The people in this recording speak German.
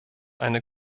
eine